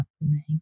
happening